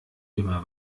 immer